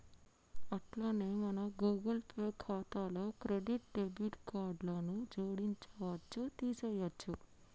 అట్లనే మన Google Pay ఖాతాలో క్రెడిట్ డెబిట్ కార్డులను జోడించవచ్చు తీసేయొచ్చు